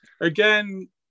again